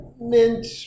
mint